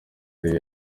ariyo